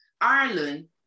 Ireland